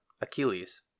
Achilles